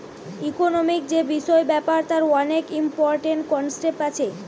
economic যে বিষয় ব্যাপার তার অনেক ইম্পরট্যান্ট কনসেপ্ট আছে